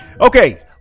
Okay